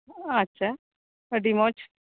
ᱟᱪᱪᱷᱟ ᱟᱰᱤ ᱢᱚᱸᱡᱽ